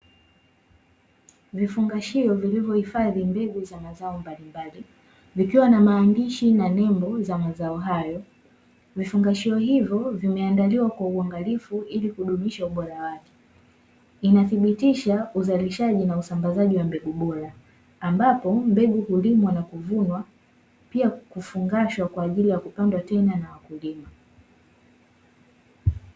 Vifungashio vilivyohifadhi mbegu za mazao mbalimbali, vikiwa na maandishi na nembo za mazao hayo, Vifungashio hivyo vimeandaliwa kwa uangalifu ili kudumisha ubora wake. Inadhibitisha uzalishaji na usambazaji wa mbegu bora, ambapo mbegu hulimwa na kuvunwa, pia kufungashwa kwa ajili ya kupandwa tena na wakulima .